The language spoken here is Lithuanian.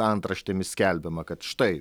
antraštėmis skelbiama kad štai